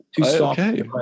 okay